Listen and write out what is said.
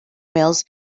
mills